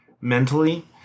mentally